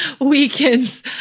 weekends